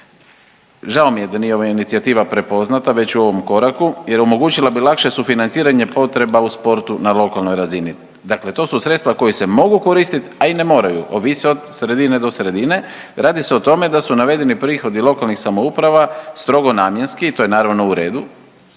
Žao mi je da nije ova inicijativa prepoznata već u ovom koraku jer omogućila bi lakše sufinanciranje potreba u sportu na lokalnoj razini. Dakle, to su sredstva koja se mogu koristit, a i ne moraju ovisi od sredine do sredine, radi se o tome da su navedeni prihodi lokalnih samouprava strogo namjenski i to je naravno u redu